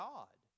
God